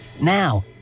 Now